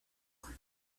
کنم